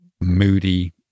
moody